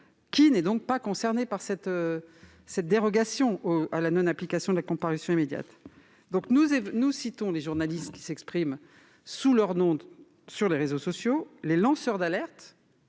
qui n'est pas concerné par cette dérogation à la non-application de la comparution immédiate : les journalistes qui s'expriment sous leur nom sur les réseaux sociaux, les lanceurs d'alerte-